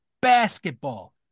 basketball